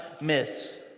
myths